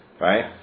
right